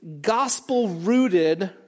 gospel-rooted